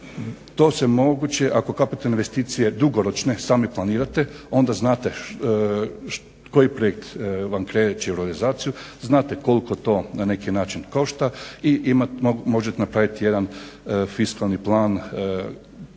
To je moguće ako kapitalne investicije dugoročne sami planirate, onda znate koji projekt vam priječi realizaciju, znate koliko to na neki način košta i možete napraviti jedan fiskalni plan